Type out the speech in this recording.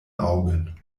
augen